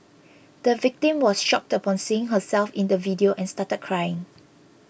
the victim was shocked upon seeing herself in the video and started crying